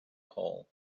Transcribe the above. pole